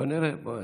בואי נראה.